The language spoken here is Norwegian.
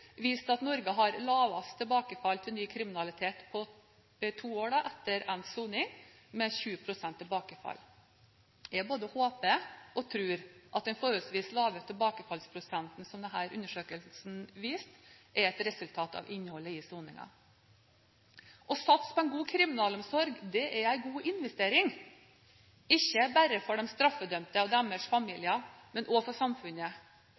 viste at Norge har lavest tilbakefall til ny kriminalitet to år etter endt soning, med 20 pst. tilbakefall. Jeg både håper og tror at den forholdsvis lave tilbakefallsprosenten som denne undersøkelsen viser, er et resultat av innholdet i soningen. Å satse på en god kriminalomsorg er en god investering, ikke bare for de straffedømte og deres familier, men også for samfunnet.